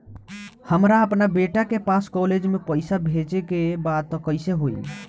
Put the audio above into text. हमरा अपना बेटा के पास कॉलेज में पइसा बेजे के बा त कइसे होई?